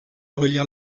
relire